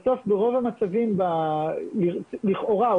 לכאורה.